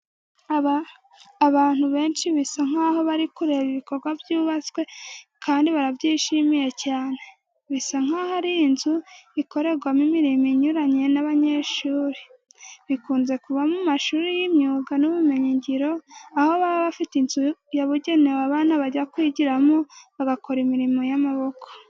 Abantu benshi bisa nkaho bari kureba ibikorwa byubatswe kandi barabyishimiye cyane. Bisa nkaho ari inzu ikorerwamo imirimo inyuranye n'abanyeshuri. Bikunze kuba mu mashuri y'imyuga n'ubumenyingiro aho baba bafite inzu yabugenewe abana bajya kwigiramo bagakora imirimo y'amaboko.